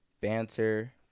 Banter